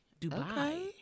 dubai